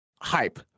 hype